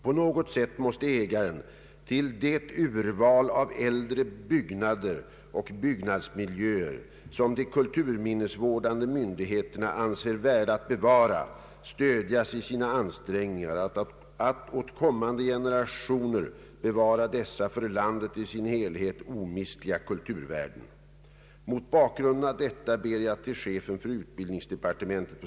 På något sätt måste ägarna till det urval av äldre byggnader och byggnadsmiljöer, som de kulturminnesvårdande myndigheterna anser värda att bevaras, stödjas i sina ansträngningar att åt kommande generationer bevara dessa för landet i sin helhet omistliga kulturvärden.